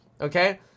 okay